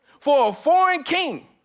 for a foreign king,